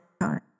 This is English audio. time